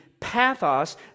pathos